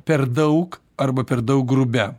per daug arba per daug grubia